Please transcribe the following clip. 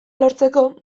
lortzeko